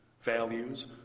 values